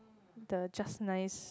the just nice